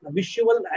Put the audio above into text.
visual